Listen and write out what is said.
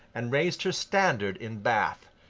and raised her standard in bath,